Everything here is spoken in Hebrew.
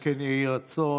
אמן כן יהי רצון.